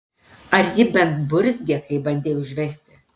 ar ji bent burzgė kai bandei užvesti